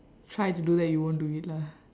try to do that you won't do it lah